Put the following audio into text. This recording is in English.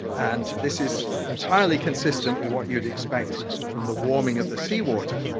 and this is entirely consistent with what you'd expect from the warming of the sea water.